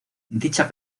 dicha